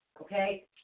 Okay